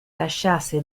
lasciasse